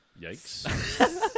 Yikes